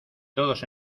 todos